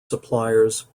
suppliers